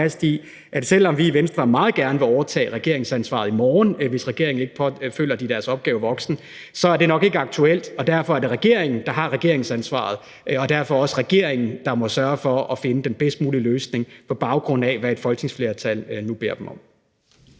i, at selv om vi i Venstre meget gerne vil overtage regeringsansvaret i morgen, hvis regeringen ikke føler, at de er deres opgave voksen, er det nok ikke aktuelt, og derfor er det regeringen, der har regeringsansvaret, og det er derfor også regeringen, der må sørge for at finde den bedst mulige løsning, på baggrund af hvad et folketingsflertal nu beder dem om.